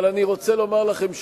אבל אני רוצה לומר לכם שוב,